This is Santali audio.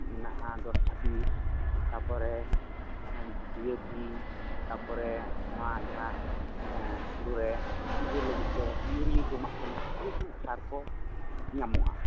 ᱢᱮᱱᱟᱜᱼᱟ ᱫᱚᱥ ᱪᱷᱟᱹᱵᱤᱥ ᱛᱟᱯᱚᱨᱮ ᱰᱤᱭᱮᱯᱤ ᱛᱟᱯᱚᱨᱮ ᱱᱚᱣᱟ ᱡᱟᱦᱟᱸ ᱦᱤᱲᱩ ᱨᱮ ᱡᱳᱨ ᱞᱟᱹᱜᱤᱫ ᱛᱮ ᱤᱭᱩᱨᱤᱭᱟ ᱠᱚ ᱮᱢᱟᱜ ᱠᱟᱱᱟ ᱱᱚᱜ ᱱᱚᱝᱠᱟᱱᱟᱜ ᱥᱟᱨ ᱠᱚ ᱧᱟᱢᱚᱜᱼᱟ